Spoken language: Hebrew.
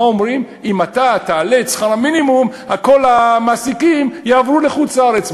מה אומרים: אם אתה תעלה את שכר המינימום כל המעסיקים יעברו לחוץ-לארץ.